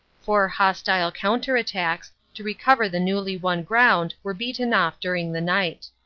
four hostile counter-attacks to recover the newly-won ground were beaten off during the night.